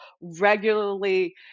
regularly